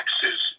taxes